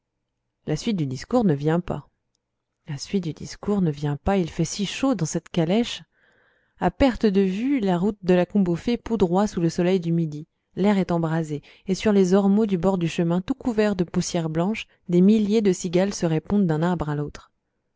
la suite du discours ne vient pas la suite du discours ne vient pas il fait si chaud dans cette calèche à perte de vue la route de la combe aux fées poudroie sous le soleil du midi l'air est embrasé et sur les ormeaux du bord du chemin tout couverts de poussière blanche des milliers de cigales se répondent d'un arbre à l'autre